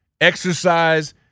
exercise